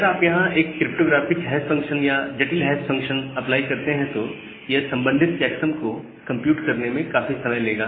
अगर आप यहां एक क्रिप्टोग्राफिक हैश फंक्शन या जटिल हैश फंक्शन अप्लाई करते हैं तो यह संबंधित चेक्सम को कंप्यूट करने में काफी समय लेगा